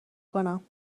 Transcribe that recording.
کنم